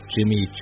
Jimmy